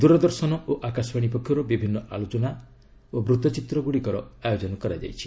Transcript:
ଦୂରଦର୍ଶନ ଓ ଆକାଶବାଣୀ ପକ୍ଷରୁ ବିଭିନ୍ନ ଆଲୋଚନା ଓ ବୃତ୍ତଚିତ୍ର ଗୁଡ଼ିକର ଆୟୋଜନ କରାଯାଇଛି